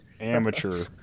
Amateur